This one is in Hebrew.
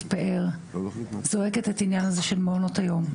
פאר זועקת את העניין הזה של מעונות היום.